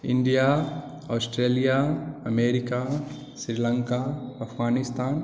India Australia America Sri Lanka Afghanistan